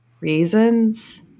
reasons